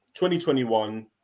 2021